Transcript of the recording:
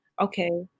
okay